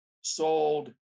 sold